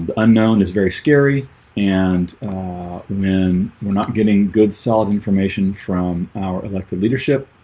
ah unknown is very scary and when we're not getting good solid information from our elected leadership,